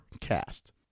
cast